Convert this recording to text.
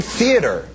theater